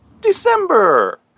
December